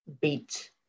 beat